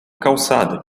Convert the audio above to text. calçada